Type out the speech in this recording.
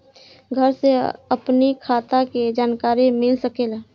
घर से अपनी खाता के जानकारी मिल सकेला?